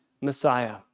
Messiah